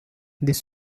this